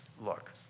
look